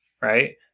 right